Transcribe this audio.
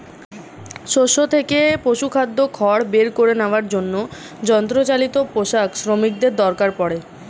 শস্য থেকে পশুখাদ্য খড় বের করে নেওয়ার জন্য যন্ত্রচালিত পেষক মিশ্রকের দরকার পড়ে